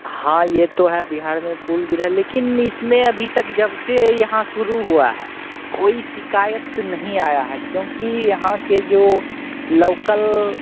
हाँ यह तो है बिहार में पुल गिरा है लेकिन इसमें अभी तक जब से यहाँ शुरू हुआ है कोई शिकायत नहीं आई है क्योंकि यहाँ के जो लौकल